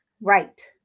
Right